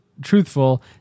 truthful